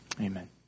Amen